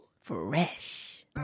Fresh